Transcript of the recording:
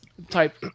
Type